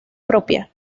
propia